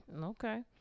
okay